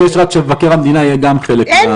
אני מבקש שמבקר המדינה יהיה גם חלק.